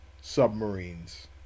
submarines